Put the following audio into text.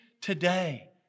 today